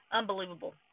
unbelievable